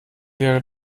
wäre